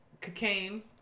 cocaine